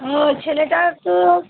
ও ছেলেটার তো